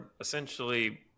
essentially